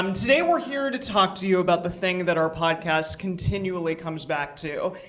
um today, we're here to talk to you about the thing that our podcast continually comes back to,